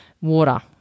water